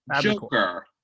Joker